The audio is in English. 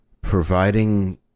providing